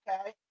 okay